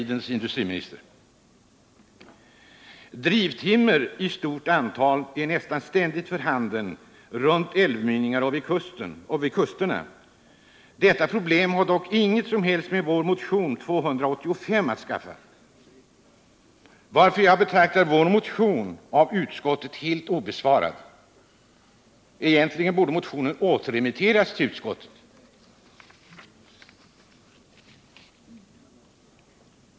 Drivtimmer i stort antal är nästan ständigt för handen runt älvmynningar och vid kusterna. Detta problem berörs inte på något sätt i vår motion 1978/79:285, varför jag betraktar motionen vara av utskottet helt obesvarad. Egentligen borde den återremitteras till utskottet.